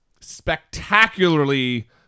spectacularly